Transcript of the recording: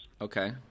Okay